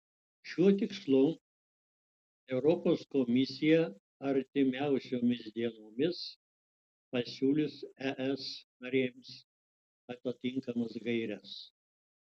šiuo tikslu europos komisija artimiausiomis dienomis pasiūlys es narėms atitinkamas gaires